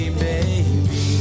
baby